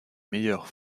meilleurs